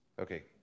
Okay